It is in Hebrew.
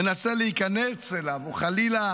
ומנסה להיכנס אליו או חלילה